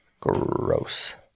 Gross